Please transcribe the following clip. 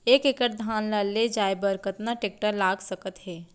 एक एकड़ धान ल ले जाये बर कतना टेकटर लाग सकत हे?